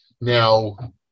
Now